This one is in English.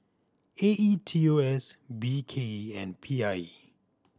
A E T O S B K E and P I E